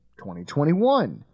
2021